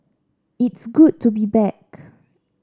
it's good to be back